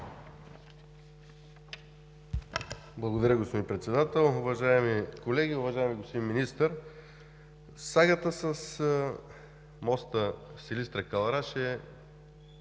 Благодаря, господин Председател. Уважаеми колеги, уважаеми господин Министър! Сагата с моста Силистра – Кълъраш е